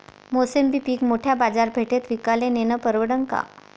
मोसंबी पीक मोठ्या बाजारपेठेत विकाले नेनं परवडन का?